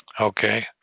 Okay